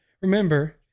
remember